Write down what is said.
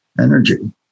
energy